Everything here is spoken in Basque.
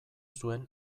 zuen